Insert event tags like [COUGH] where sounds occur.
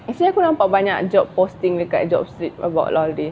actually aku nampak banyak job posting dekat job street about [NOISE]